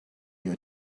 your